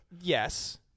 Yes